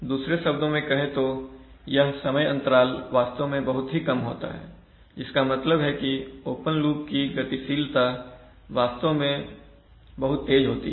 दूसरे शब्दों में कहे तो यह समय अंतराल वास्तव में बहुत ही कम होता है इसका मतलब है कि ओपन लूप की गतिशीलता वास्तव में बहुत तेज होती है